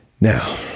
Now